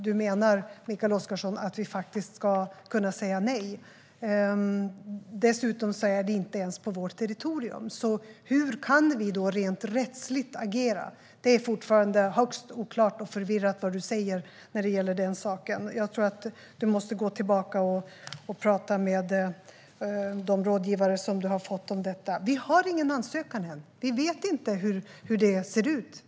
Dessutom är det inte ens på vårt territorium. Hur kan vi då rent rättsligt agera? Det Mikael Oscarsson säger om den saken är fortfarande högst oklart och förvirrat. Jag tror att han måste gå tillbaka och prata med sina rådgivare. Vi har ännu ingen ansökan. Vi vet inte hur det ser ut.